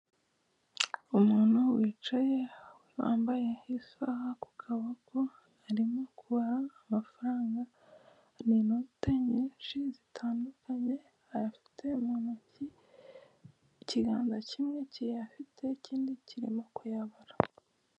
Umuntu wicaye wambaye isaha ku kuboko arimo kubara amafaranga ni inote nyinshi zitandukanye ayafite mu ntoki, ikiganza kimwe kiyafite ikindi kirimo kuyabara.